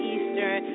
Eastern